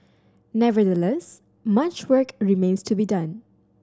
nevertheless much work remains to be done